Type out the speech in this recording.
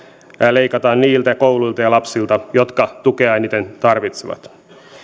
leikataan niiltä kouluilta ja lapsilta jotka tukea eniten tarvitsevat